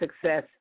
success